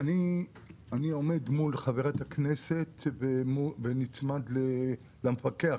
אני עומד מול חברת הכנסת ונצמד למפקח,